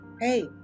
hey